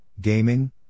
gaming